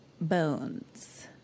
bones